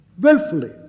willfully